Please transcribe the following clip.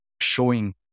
showing